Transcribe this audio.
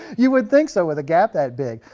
you would think so, with a gap that big,